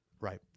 Right